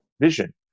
vision